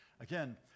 Again